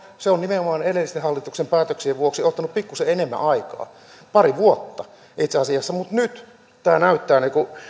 se on nimenomaan edellisten hallituksien päätöksien vuoksi ottanut pikkusen enemmän aikaa pari vuotta itse asiassa mutta nyt näyttää